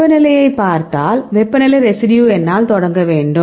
வெப்பநிலையைப் பார்த்தாள் வெப்பநிலை ரெசிடியூ எண்ணால் தொடங்கவேண்டும்